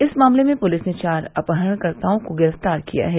इस मामले में पुलिस ने चार अपहरणकर्ताओं को गिरफ्तार किया है